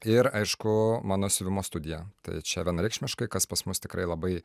ir aišku mano siuvimo studija tai čia vienareikšmiškai kas pas mus tikrai labai